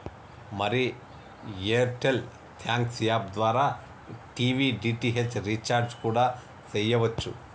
మరి Airtel thanks app ద్వారా TV DTH recharge కూడా సెయ్యవచ్చు